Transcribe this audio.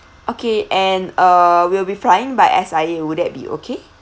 okay and uh we will be flying by S_I_A would that be okay